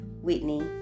Whitney